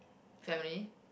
seventy